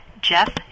Jeff